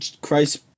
Christ